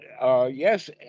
yes